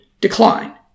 decline